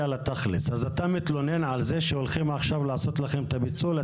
האם אתה מתלונן על זה שהולכים עכשיו לעשות לכם את הפיצול?